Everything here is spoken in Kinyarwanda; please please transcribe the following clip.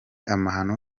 amahano